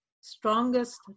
strongest